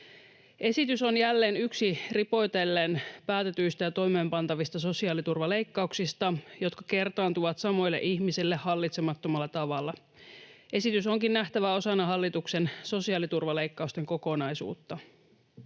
Esitys on jälleen yksi ripotellen päätetyistä ja toimeenpantavista sosiaaliturvaleikkauksista, jotka kertaantuvat samoille ihmisille hallitsemattomalla tavalla. Esitys onkin nähtävä osana hallituksen sosiaaliturvaleikkausten kokonaisuutta.